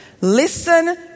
Listen